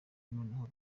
noneho